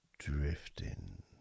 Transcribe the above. Drifting